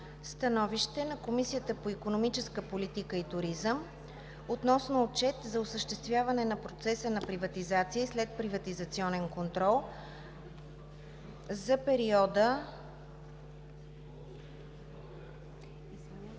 „СТАНОВИЩЕ на Комисията по икономическа политика и туризъм относно Отчет за осъществяване на процеса на приватизация и следприватизационен контрол за периода